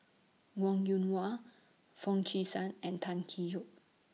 Wong Yoon Wah Foo Chee San and Tan Tee Yoke